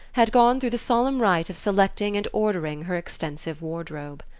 had gone through the solemn rite of selecting and ordering her extensive wardrobe.